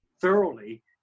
thoroughly